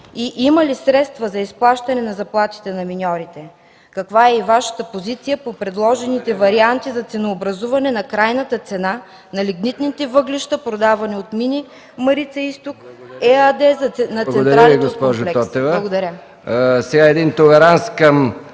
и има ли средства за изплащане на заплатите на миньорите? Каква е и Вашата позиция по предложените варианти за ценообразуване на крайната цена на лигнитните въглища, продавани от „Мини Марица-изток” ЕАД на централите от комплекса? Благодаря.